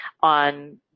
on